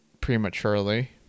prematurely